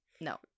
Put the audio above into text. no